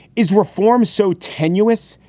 is reforms so tenuous?